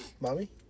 Mommy